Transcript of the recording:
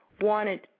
wanted